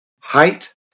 Height